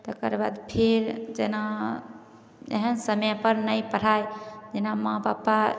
तकर बाद फेर जेना एहन समयपर नहि पढ़ाइ जेना माँ पापा